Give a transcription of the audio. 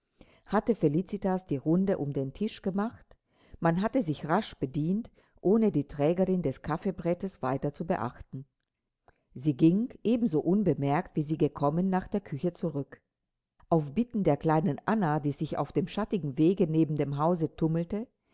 hatte felicitas die runde um den tisch gemacht man hatte sich rasch bedient ohne die trägerin des kaffeebrettes weiter zu beachten sie ging ebenso unbemerkt wie sie gekommen nach der küche zurück auf bitten der kleinen anna die sich auf dem schattigen wege neben dem hause tummelte